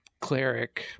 cleric